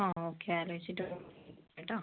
ആ ഓക്കെ ആലോചിച്ചിട്ട് വിളിക്ക് കേട്ടോ